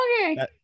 okay